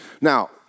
Now